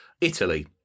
Italy